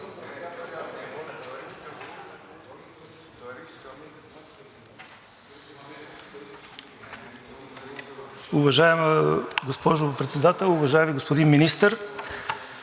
Уважаема госпожо Председател, уважаеми господин Министър!